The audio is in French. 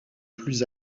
plus